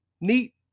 Neat